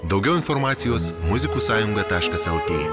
daugiau informacijos muzikų sąjunga taškas eltė